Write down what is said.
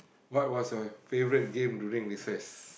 what was your favourite game during recess